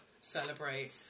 celebrate